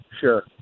sure